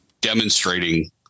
demonstrating